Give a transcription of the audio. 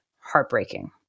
Heartbreaking